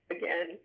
again